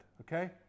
Okay